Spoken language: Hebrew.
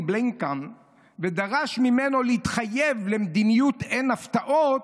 בלינקן ודרש ממנו להתחייב למדיניות אין הפתעות,